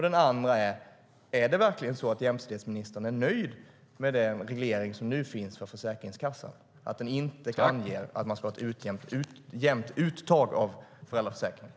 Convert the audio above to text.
Den andra frågan är: Är det verkligen så att jämställdhetsministern är nöjd med den reglering som nu finns för Försäkringskassan, där det inte anges att det ska vara ett jämnt uttag från föräldraförsäkringen?